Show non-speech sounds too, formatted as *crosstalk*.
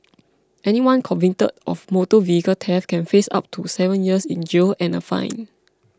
anyone convicted of motor vehicle theft can face up to seven years in jail and a fine *noise*